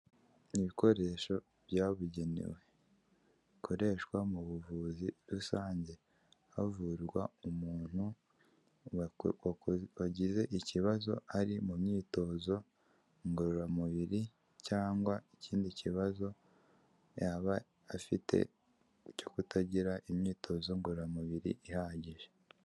Ibikoresho byabugenewe bikoreshwa mu buvuzi rusange, havurwa umuntu wagize ikibazo ari mu myitozo ngororamubiri, cyangwa ikindi kibazo yaba afite cyo kutagira imyitozo ngororamubiri ihagije.